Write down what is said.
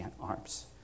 arms